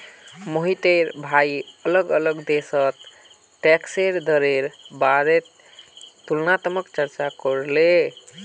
मोहिटर भाई अलग अलग देशोत टैक्सेर दरेर बारेत तुलनात्मक चर्चा करले